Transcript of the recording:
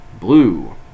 blue